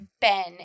Ben